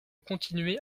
continuer